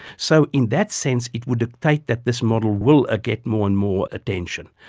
so in that sense it would dictate that this model will get more and more attention.